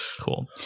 cool